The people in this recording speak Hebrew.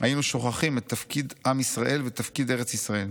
היינו שוכחים את תפקיד עם ישראל ותפקיד ארץ ישראל.